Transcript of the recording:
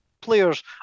players